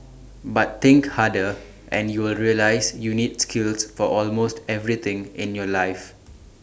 but think harder and you will realise you need skills for almost everything in your life